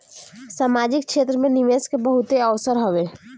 सामाजिक क्षेत्र में निवेश के बहुते अवसर हवे